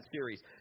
series